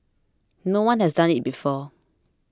no one has done it before